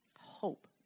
Hope